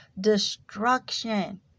destruction